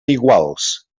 iguals